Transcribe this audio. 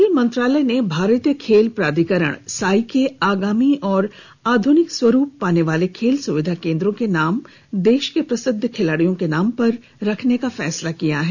खेल मंत्रालय ने भारतीय खेल प्राधिकरण साइ के आगामी और आध्निक स्वरूप पाने वाले खेल सुविधा केंद्रों के नाम देश के प्रसिद्ध खिलाड़ियों के नाम पर रखने का फैसला किया है